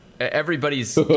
Everybody's